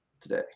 today